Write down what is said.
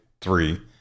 three